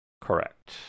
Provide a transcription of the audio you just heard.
Correct